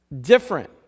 Different